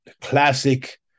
classic